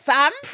Fam